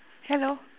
hello